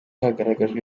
hagaragajwe